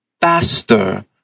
faster